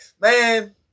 man